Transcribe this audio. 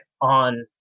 on